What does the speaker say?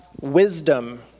wisdom